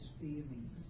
feelings